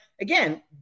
again